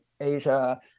Asia